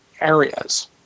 areas